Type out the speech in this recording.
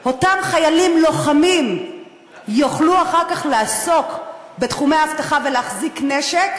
אותם חיילים לוחמים יוכלו אחר כך לעסוק בתחומי האבטחה ולהחזיק נשק,